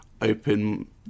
open